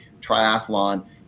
triathlon